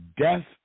death